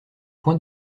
point